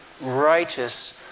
righteous